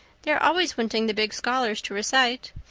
they're always wanting the big scholars to recite.